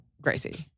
Gracie